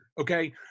Okay